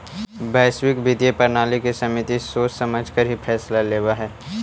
वैश्विक वित्तीय प्रणाली की समिति सोच समझकर ही फैसला लेवअ हई